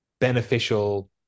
beneficial